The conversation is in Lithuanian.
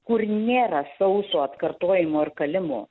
kur nėra sauso atkartojimo ir kalimo